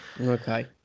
Okay